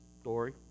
story